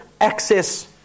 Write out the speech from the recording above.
access